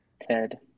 Ted